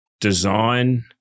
design